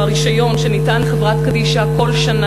ברישיון שניתן לחברה קדישא כל שנה,